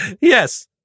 Yes